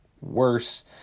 worse